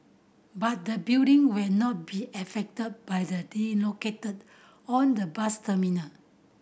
but the building will not be affected by the relocated on the bus terminal